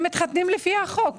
הם מתחתנים לפי החוק.